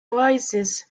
oasis